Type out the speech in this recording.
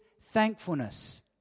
thankfulness